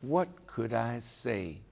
what could i say